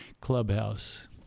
clubhouse